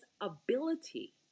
ability